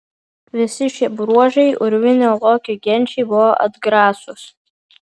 visi šie bruožai urvinio lokio genčiai buvo atgrasūs